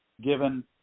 given